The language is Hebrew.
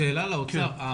שאלה לאוצר.